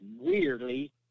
weirdly